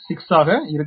6 ஆக இருக்கும்